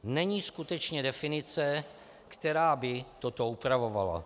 Není skutečně definice, která by toto upravovala.